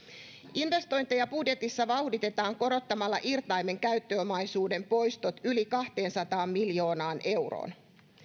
investointeja budjetissa vauhditetaan korottamalla irtaimen käyttöomaisuuden poistot yli kahteensataan miljoonaan euroon